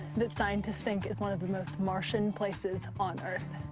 that scientists think is one of the most martian places on earth.